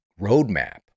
roadmap